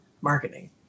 marketing